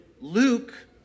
Luke